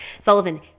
Sullivan